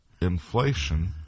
inflation